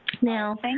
Now